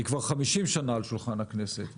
היא כבר 50 שנה על שולחן הכנסת,